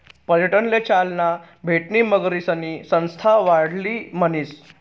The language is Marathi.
पर्यटनले चालना भेटणी मगरीसनी संख्या वाढणी म्हणीसन